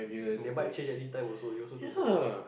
they might change anytime also you also don't know one